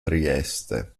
trieste